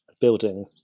building